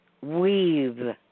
Weave